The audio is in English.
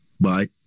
Bye